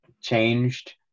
changed